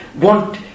want